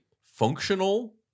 functional